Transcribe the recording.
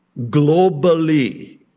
globally